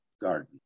garden